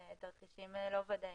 לתרחישים לא ודאיים.